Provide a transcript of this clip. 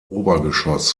obergeschoss